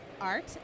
art